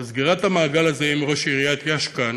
סגירת המעגל הזה עם ראש עיריית יאש כאן